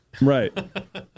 Right